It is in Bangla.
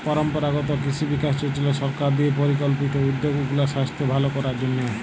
পরম্পরাগত কিসি বিকাস যজলা সরকার দিঁয়ে পরিকল্পিত উদ্যগ উগলার সাইস্থ্য ভাল করার জ্যনহে